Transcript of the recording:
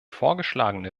vorgeschlagene